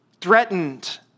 threatened